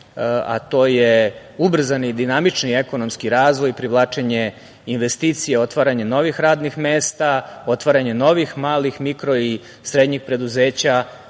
a to je ubrzani, dinamični, ekonomski razvoj, privlačenje investicija, otvaranje novih radnih mesta, otvaranje novih malih, mikro i srednjih preduzeća